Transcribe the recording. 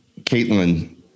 Caitlin